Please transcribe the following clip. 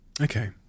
Okay